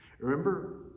Remember